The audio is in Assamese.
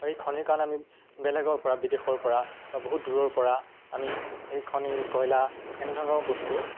আৰু এই খনিৰ কাৰণে আমি বেলেগৰ পৰা বিদেশৰ পৰা বা বহুত দূৰৰ পৰা আমি এই খনিৰ কয়লা এনেধৰণৰ বস্তু